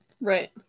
Right